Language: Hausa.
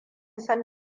san